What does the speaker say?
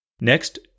Next